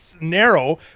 narrow